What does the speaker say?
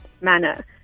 manner